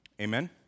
Amen